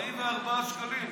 44 שקלים.